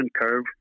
curve